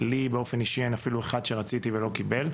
אין אפילו אחד שרציתי ולא קיבל.